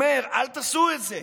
אומר: אל תעשו את זה.